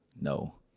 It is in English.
No